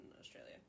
Australia